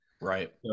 Right